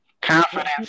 Confidence